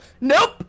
Nope